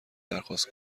درخواست